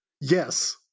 Yes